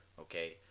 Okay